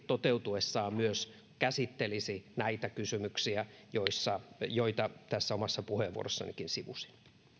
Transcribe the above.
toteutuessaan myös käsittelisi näitä kysymyksiä joita tässä omassa puheenvuorossanikin sivusin